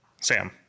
Sam